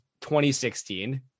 2016